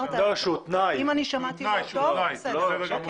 אם שמעתי לא טוב, בסדר.